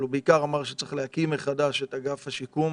בעיקר אמר שצריך להקים מחדש את אגף השיקום.